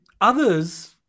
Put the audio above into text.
others